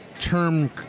term